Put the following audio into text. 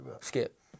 Skip